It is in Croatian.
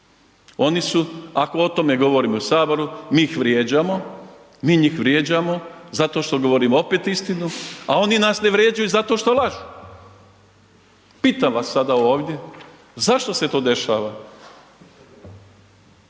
Ono su ako o tome govorimo u Saboru, mi ih vrijeđamo, mi njih vrijeđamo zato što govorimo opet istinu a oni nas ne vrijeđaju zato što lažu. Pitam vas sada ovdje zašto se to dešava?